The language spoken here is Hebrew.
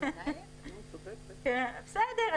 בסדר.